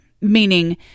meaning